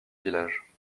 village